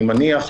אני מניח,